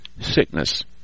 sickness